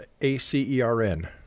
ACERN